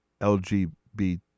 LGBT